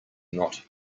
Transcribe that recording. not